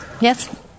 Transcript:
Yes